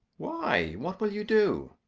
why, what will you do?